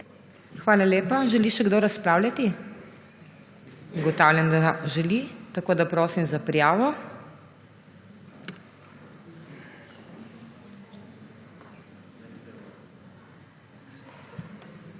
Hvala lepa. Želi še kdo razpravljati? Ugotavljam, da želi. Prosim za prijavo.